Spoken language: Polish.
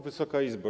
Wysoka Izbo!